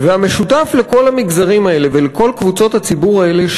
והמשותף לכל המגזרים האלה ולכל קבוצות הציבור האלה,